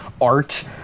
art